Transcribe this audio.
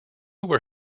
were